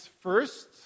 first